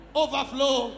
overflow